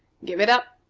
give it up,